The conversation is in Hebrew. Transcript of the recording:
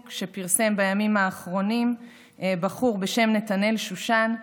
שפרסם בימים האחרונים בחור בשם נתנאל שושן,